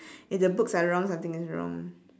if the books are wrong something is wrong